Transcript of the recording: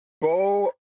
Bo